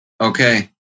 Okay